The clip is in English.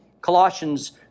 Colossians